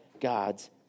God's